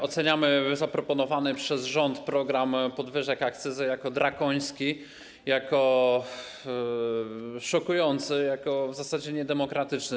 Oceniamy zaproponowany przez rząd program podwyżek akcyzy jako drakoński i szokujący, jako w zasadzie niedemokratyczny.